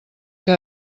que